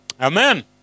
Amen